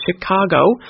Chicago